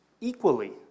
equally